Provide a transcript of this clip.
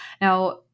Now